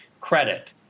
credit